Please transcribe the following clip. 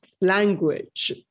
language